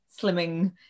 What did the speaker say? slimming